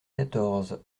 quatorze